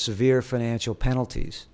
severe financial penalties